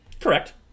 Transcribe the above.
Correct